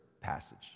passage